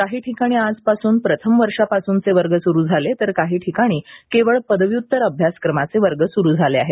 काही ठिकाणी आज पासून प्रथम वर्षापासूनचे वर्ग सुरू झाले तर काही ठिकाणी केवळ पदव्युत्तर अभ्यासक्रमाचे वर्ग सुरू झाले आहेत